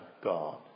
God